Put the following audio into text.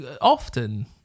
often